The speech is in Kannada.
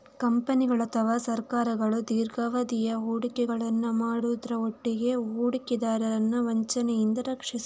ಕಂಪನಿಗಳು ಅಥವಾ ಸರ್ಕಾರಗಳು ದೀರ್ಘಾವಧಿಯ ಹೂಡಿಕೆಗಳನ್ನ ಮಾಡುದ್ರ ಒಟ್ಟಿಗೆ ಹೂಡಿಕೆದಾರರನ್ನ ವಂಚನೆಯಿಂದ ರಕ್ಷಿಸ್ತವೆ